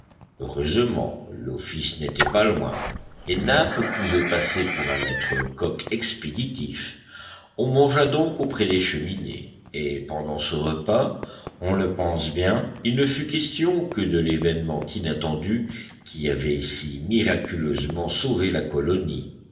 heureusement l'office n'était pas loin et nab pouvait passer pour un maîtrecoq expéditif on mangea donc auprès des cheminées et pendant ce repas on le pense bien il ne fut question que de l'événement inattendu qui avait si miraculeusement sauvé la colonie